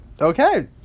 Okay